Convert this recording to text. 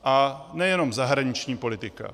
A nejenom zahraniční politika.